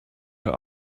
her